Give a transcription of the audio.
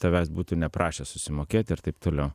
tavęs būtų neprašę susimokėti ir taip toliau